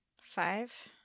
Five